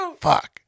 Fuck